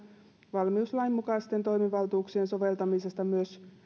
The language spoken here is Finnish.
valmiuslain mukaisten toimivaltuuksien soveltamisesta myös